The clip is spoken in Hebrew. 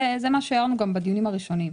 זה גם מה שהערנו בדיונים הראשונים.